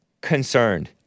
concerned